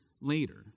later